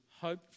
hope